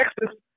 Texas